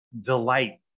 delight